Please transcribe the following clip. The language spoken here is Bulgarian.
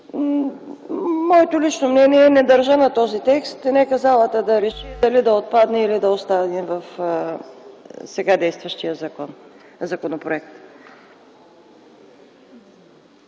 Моето лично мнение – не държа на този текст, нека залата да реши дали да отпадне или остане в сега действащия законопроект.